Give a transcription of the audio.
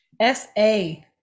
S-A